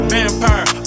Vampire